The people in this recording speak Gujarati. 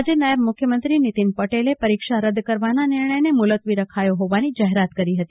આજે નાયબ મુખ્યમંત્રી નીતિન પટેલે પરીક્ષા રદ કરવાના નિર્ણયને મુલતવી રાખયો હોવાની જાહેરાત કરી હતી